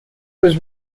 was